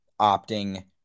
opting